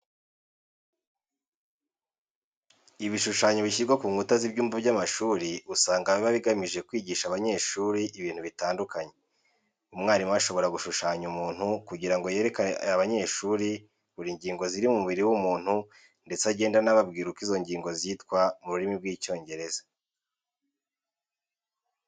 Ibishushanyo bishyirwa ku nkuta z'ibyumba by'amashuri usanga biba bigamije kwigisha abanyeshuri ibintu bitandukanye. Umwarimu ashobora gushushanya umuntu kugira ngo yereke abanyeshuri buri ngingo ziri ku mubiri w'umuntu ndetse agende anababwira uko izo ngingo zitwa mu rurimi rw'Icyongereza.